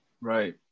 right